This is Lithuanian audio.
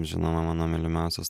žinoma mano mylimiausias